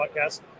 podcast